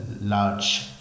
large